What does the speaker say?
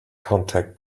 contact